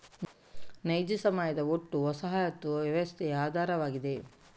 ನೈಜ ಸಮಯದ ಒಟ್ಟು ವಸಾಹತು ವ್ಯವಸ್ಥೆಯ ಆಧಾರವಾಗಿದೆ